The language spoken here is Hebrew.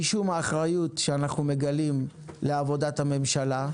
משום האחריות שאנחנו מגלים לעבודת הממשלה,